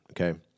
Okay